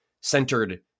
centered